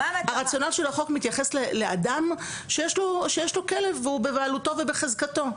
הרציונל של החוק מתייחס לאדם שיש לו כלב והוא בבעלותו ובחזקתו.